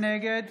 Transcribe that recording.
נגד